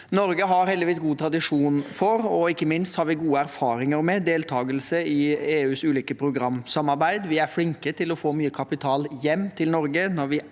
Norge har heldigvis god tradisjon for, og ikke minst har vi gode erfaringer med, deltakelse i EUs ulike programsamarbeid. Vi er flinke til å få mye kapital hjem til Norge